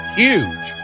huge